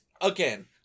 again